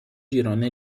girone